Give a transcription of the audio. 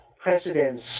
presidents